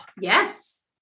Yes